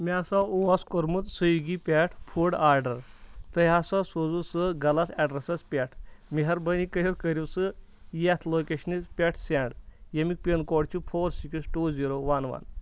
مےٚ ہَسا اوس کوٚرمُت سُوِگی پٮ۪ٹھ فُڈ آڈَر تۄہہِ ہَسا سوٗزوُ سُہ غلط اٮ۪ڈرَسَس پٮ۪ٹھ مہربٲنی کٔرِو کٔرِو سُہ یَتھ لوکیشنہِ پٮ۪ٹھ سٮ۪نٛڈ ییٚمیُک پِن کوڈ چھِ four six two zero one وَن